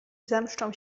zemszczą